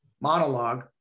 monologue